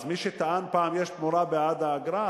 אז מי שטען פעם שיש תמורה בעד האגרה,